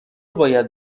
باید